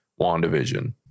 WandaVision